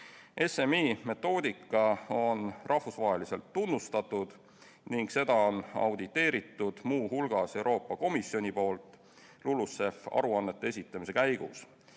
SMI metoodika on rahvusvaheliselt tunnustatud ning seda on auditeerinud muu hulgas Euroopa Komisjon LULUCF-i aruannete esitamise käigus,